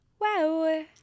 wow